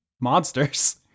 monsters